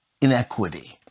inequity